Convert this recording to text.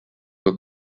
were